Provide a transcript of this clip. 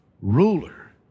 ruler